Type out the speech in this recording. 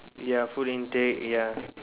ya food intake ya